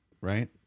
right